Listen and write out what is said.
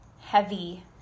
heavy